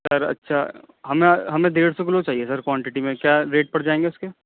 سر اچھا ہمیں ہمیں ڈیڑھ سو کلو چاہیے سر کوانٹٹی میں کیا ریٹ پڑ جائیں گے اس کے